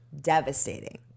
devastating